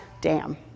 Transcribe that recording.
dam